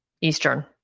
Eastern